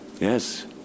yes